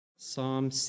Psalm